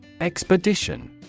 Expedition